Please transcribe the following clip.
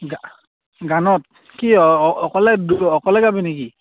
গানত কি অঁ অকলে অকলে গাবি নেকি